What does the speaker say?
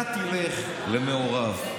אתה תלך למעורב,